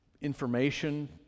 information